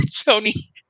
tony